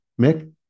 Mick